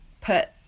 put